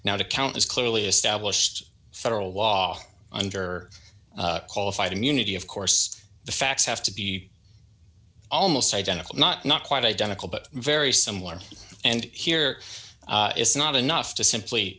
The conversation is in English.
now the count is clearly established federal law under qualified immunity of course the facts have to be almost identical not not quite identical but very similar and here it's not enough to simply